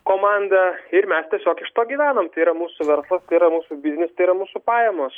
komanda ir mes tiesiog iš to gyvenam tai yra mūsų verslas tai yra mūsų biznis tai yra mūsų pajamos